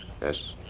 Yes